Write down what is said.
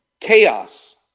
chaos